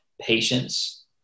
patience